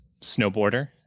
snowboarder